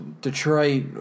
Detroit